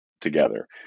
together